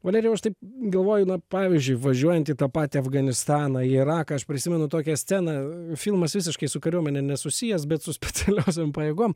valerijau aš taip galvoju na pavyzdžiui važiuojant į tą patį afganistaną iraką aš prisimenu tokią sceną filmas visiškai su kariuomene nesusijęs bet su specialiosiom pajėgom